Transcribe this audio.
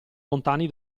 lontani